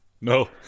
No